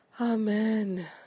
Amen